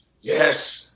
Yes